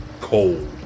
cold